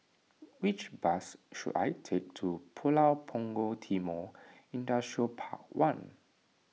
which bus should I take to Pulau Punggol Timor Industrial Park one